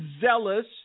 zealous